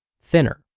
thinner